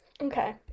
Okay